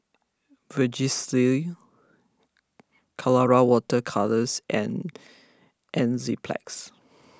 Vagisil Colora Water Colours and Enzyplex